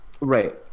Right